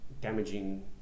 damaging